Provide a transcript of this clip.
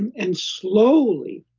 and and slowly,